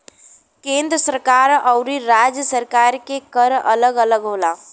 केंद्र सरकार आउर राज्य सरकार के कर अलग अलग होला